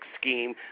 scheme